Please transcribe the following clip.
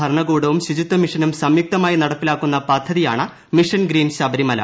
ഭരണകൂടവും ശുചിത്വമിഷനും സംയുക്തമായി ജില്ലാ നടപ്പിലാക്കുന്ന പദ്ധതിയാണ് മിഷൻ ഗ്രീൻ ശബരിമല